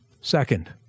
Second